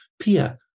Pia